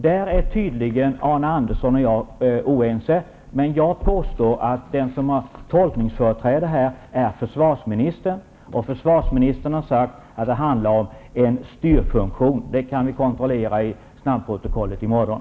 Där är tydligen Arne Andersson och jag oense, men jag påstår att det är försvarsministern som har tolkningsföreträde här. Försvarsministern har sagt att det handlar om en styrfunktion. Det kan vi kontrollera i snabbprotokollet i morgon.